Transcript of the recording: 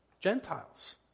Gentiles